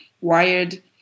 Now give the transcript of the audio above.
Wired